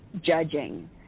judging